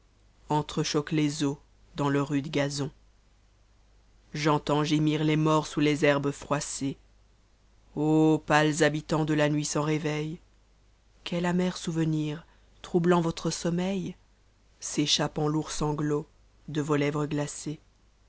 entre choqaent les os dans le rude gazon j'entends gemtr los morts sous les herbes froissées pâles habitants de la nuit sans revem quel amer souvenir troublant votre sommeil s'échappe en lourds sabots de vos tëvres glacées